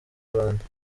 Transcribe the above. rwanda